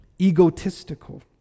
egotistical